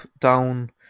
down